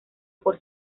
por